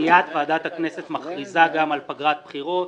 מיד ועדת הכנסת מכריזה גם על פגרת בחירות,